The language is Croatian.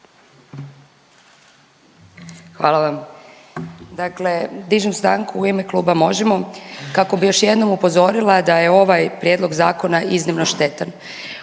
Hvala vam. Dakle, dižem stanku u ime kluba Možemo kako bi još jednom upozorila da je ovaj prijedlog zakona iznimno štetan.